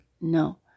no